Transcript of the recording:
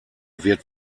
wird